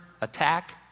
attack